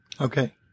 Okay